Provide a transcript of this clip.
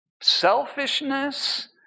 selfishness